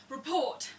Report